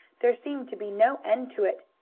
there seemed to be no end to it,